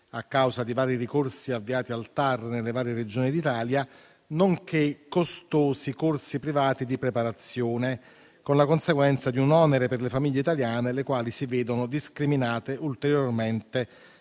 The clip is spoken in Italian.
a causa di vari ricorsi avviati al TAR nelle varie Regioni d'Italia, nonché costosi corsi privati di preparazione, con la conseguenza di un onere per le famiglie italiane, le quali si vedono discriminate ulteriormente